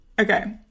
Okay